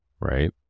right